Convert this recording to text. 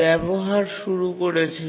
ব্যবহার শুরু করেছিল